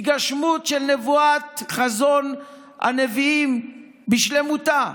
התגשמות חזון הנביאים בשלמותה.